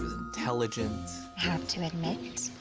was intelligent. have to admit,